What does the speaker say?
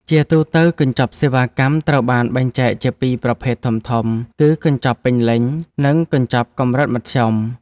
ជាទូទៅ កញ្ចប់សេវាកម្មត្រូវបានបែងចែកជាពីរប្រភេទធំៗ គឺកញ្ចប់ពេញលេញ និងកញ្ចប់កម្រិតមធ្យម។